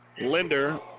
Linder